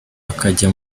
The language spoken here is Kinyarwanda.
bakajya